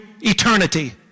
eternity